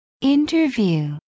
Interview